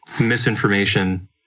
misinformation